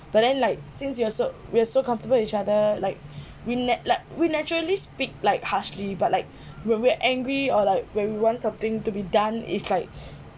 but then like since you are so we are so comfortable with each other like we we naturally speak like harshly but like when we are angry or like when we want something to be done is like